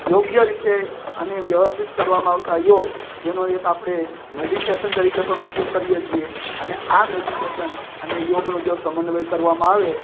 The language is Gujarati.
યોગ્ય રીતે અને વ્યવસ્થિત કરવામાં આવતા યોગ જેનો એક આપણે મેડિટેશન તરીકે પણ ઉપયોગ કરીએ છીએ અને આ મેડિટેશન અને યોગનો જો સમન્વય કરવામાં આવે